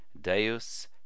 Deus